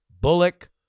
Bullock